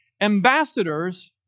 ambassadors